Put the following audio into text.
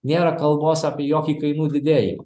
nėra kalbos apie jokį kainų didėjimą